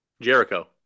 Jericho